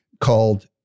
called